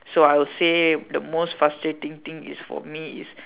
so I would say the most frustrating thing is for me is